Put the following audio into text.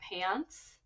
pants